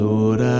Lord